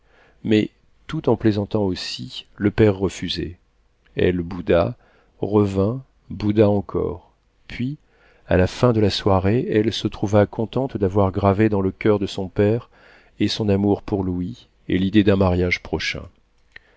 mais tout en plaisantant aussi le père refusait elle bouda revint bouda encore puis à la fin de la soirée elle se trouva contente d'avoir gravé dans le coeur de son père et son amour pour louis et l'idée d'un mariage prochain